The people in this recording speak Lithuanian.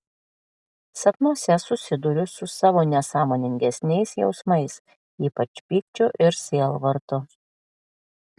sapnuose susiduriu su savo nesąmoningesniais jausmais ypač pykčiu ir sielvartu